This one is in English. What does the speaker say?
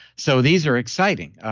so these are exciting.